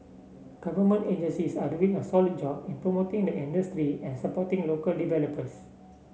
government agencies are doing a solid job in promoting the industry and supporting local developers